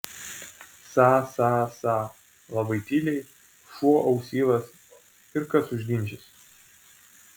sa sa sa labai tyliai šuo ausylas ir kas užginčys